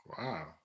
wow